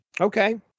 Okay